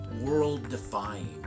world-defying